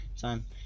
time